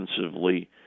defensively